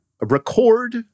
record